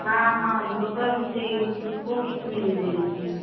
हाँ हाँ मुर्गा भी चाहिए लेकिन वह कितने में दे रही हैं